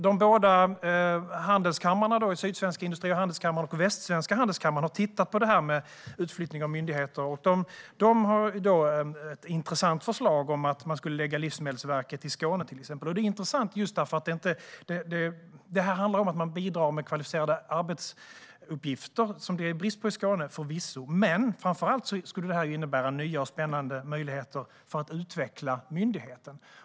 De båda handelskamrarna Sydsvenska Industri och Handelskammaren och Västsvenska Industri och Handelskammaren har tittat på utflyttning av myndigheter och har ett intressant förslag: att man ska lägga Livsmedelsverket i till exempel Skåne. Detta är intressant just därför att det handlar om att man bidrar med kvalificerade arbetsuppgifter. Förvisso är det brist på sådana i Skåne, men framför allt skulle det innebära nya och spännande möjligheter att utveckla myndigheten.